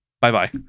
bye-bye